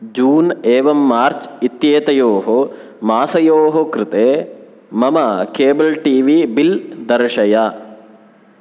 जून् एवं मार्च् इत्येतयोः मासयोः कृते मम केबल् टी वी बिल् दर्शय